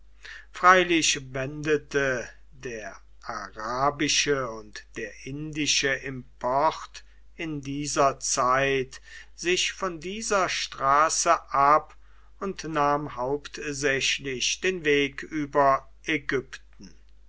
freilich wendete der arabische und der indische import in dieser zeit sich von dieser straße ab und nahm hauptsächlich den weg über ägypten